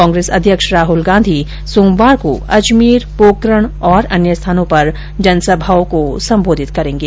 कांग्रेस अध्यक्ष राहल गांधी सोमवार को अजमेर पोकरण तथा अन्य स्थानों पर जनसभाओं को सम्बोधित करेंगे